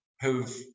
who've